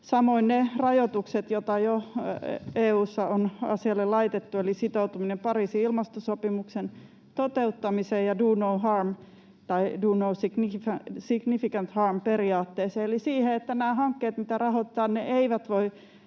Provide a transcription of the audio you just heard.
samoin ne rajoitukset, joita EU:ssa on asialle jo laitettu, eli sitoutuminen Pariisin ilmastosopimuksen toteuttamiseen ja do no harm tai do no significant harm ‑periaatteeseen eli siihen, että nämä hankkeet, mitä rahoitetaan, eivät voi